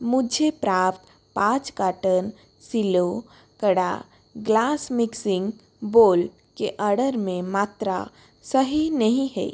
मुझे प्राप्त पाँच काटन सिल्लो कड़ा ग्लास मिक्सिंग बोल के आर्डर में मात्रा सही नहीं है